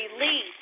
Release